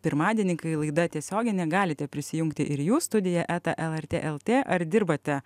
pirmadienį kai laida tiesioginė galite prisijungti ir jūs studija eta lrt el tė ar dirbate